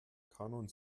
kanon